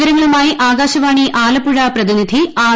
വിവരങ്ങളുമായി ആകാശവാണി ആലപ്പുഴ പ്രതിനിധി ആർ